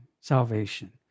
salvation